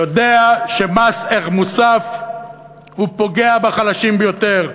יודע שמס ערך מוסף פוגע בחלשים ביותר,